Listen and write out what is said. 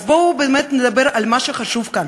אז בואו נדבר באמת על מה שחשוב כאן.